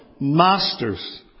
Masters